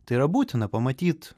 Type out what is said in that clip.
tai yra būtina pamatyt